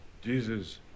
Jesus